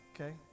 Okay